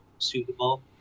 suitable